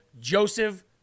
Joseph